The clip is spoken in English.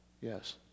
Yes